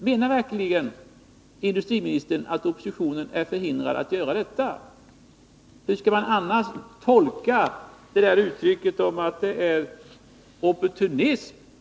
Hur skall man annars tolka uttrycket opportunism?